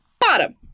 bottom